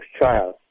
trial